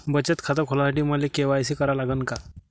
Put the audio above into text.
बचत खात खोलासाठी मले के.वाय.सी करा लागन का?